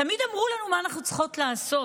תמיד אמרו לנו מה אנחנו צריכות לעשות.